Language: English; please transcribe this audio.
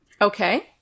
Okay